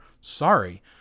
Sorry